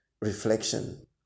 Reflection